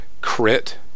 crit